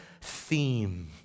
theme